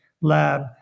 lab